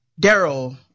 Daryl